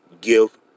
give